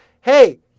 hey